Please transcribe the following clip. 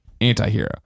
anti-hero